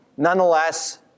Nonetheless